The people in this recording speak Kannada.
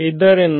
ಇದರಿಂದ